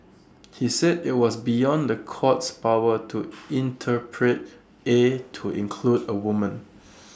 he said IT was beyond the court's power to interpret A to include A woman